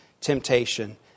temptation